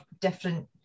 different